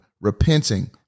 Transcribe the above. repenting